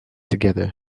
together